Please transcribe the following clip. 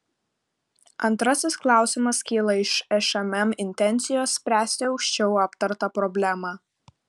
antrasis klausimas kyla iš šmm intencijos spręsti aukščiau aptartą problemą